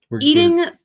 Eating